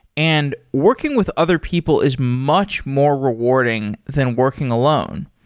and working with other people is much more rewarding than working alone.